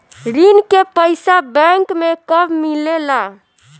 ऋण के पइसा बैंक मे कब मिले ला?